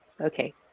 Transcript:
okay